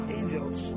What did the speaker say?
angels